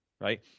Right